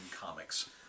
comics